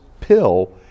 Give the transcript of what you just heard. pill